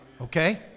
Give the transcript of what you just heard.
Okay